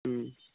उम